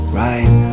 right